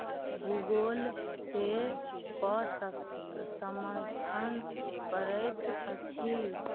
Google Pay कऽ सकै समर्थन करैत अछि